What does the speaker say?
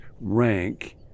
rank